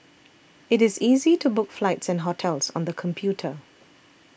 it is easy to book flights and hotels on the computer